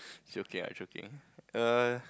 joking ah joking err